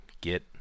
get